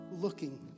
looking